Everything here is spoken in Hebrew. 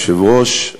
אדוני היושב-ראש,